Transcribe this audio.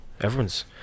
Everyone's